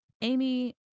Amy